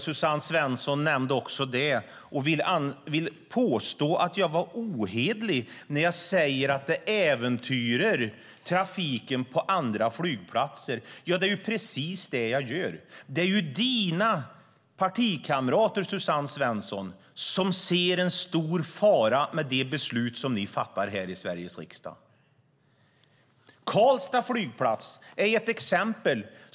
Suzanne Svensson nämnde också det och ville påstå att jag är ohederlig när jag säger att det äventyrar trafiken på andra flygplatser. Det är precis det jag gör; det är ju dina partikamrater, Suzanne Svensson, som ser en stor fara med det beslut ni fattar här i Sveriges riksdag. Karlstad flygplats är ett exempel.